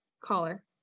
Caller